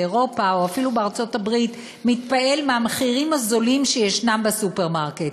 באירופה או אפילו בארצות-הברית מתפעל מהמחירים הזולים בסופרמרקט.